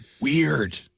weird